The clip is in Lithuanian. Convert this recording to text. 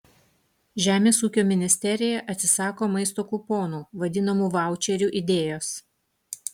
žemės ūkio ministerija atsisako maisto kuponų vadinamų vaučerių idėjos